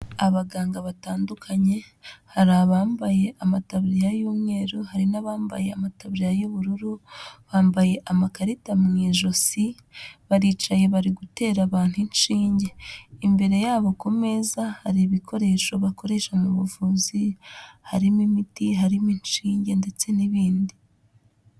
Abaganga batandukanye, hari abambaye amataburiya y'umweru, hari n'abambaye amataburiya y'ubururu, bambaye amakarita mu ijosi, baricaye bari gutera abantu inshinge, imbere yabo ku meza hari ibikoresho bakoresha mu buvuzi, harimo imiti, harimo inshinge ndetse n'ibindi.